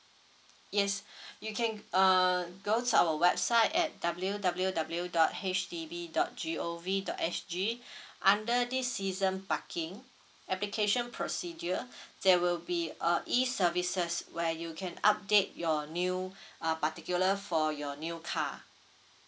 yes you can err go to our website at W W W dot H D B dot G O V dot S G under this season parking application procedure there will be a E services where you can update your new a particular for your new car